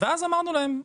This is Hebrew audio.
ואז אמרנו להם,